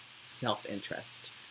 self-interest